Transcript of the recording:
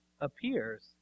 appears